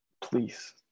Please